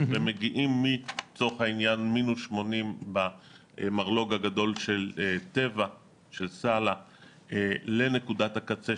הם מגיעים ממינוס 80 במרלו"ג הגדול של טבע לנקודת הקצה,